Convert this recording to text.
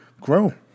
grow